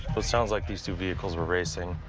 well, it sounds like these two vehicles were racing.